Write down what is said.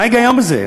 מה ההיגיון בזה?